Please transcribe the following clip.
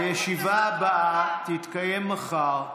הישיבה הבאה תתקיים מחר,